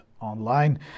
online